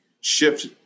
shift